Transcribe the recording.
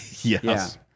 Yes